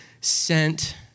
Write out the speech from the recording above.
sent